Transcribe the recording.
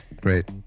Great